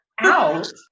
out